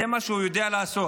זה מה שהוא יודע לעשות.